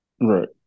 Right